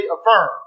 affirm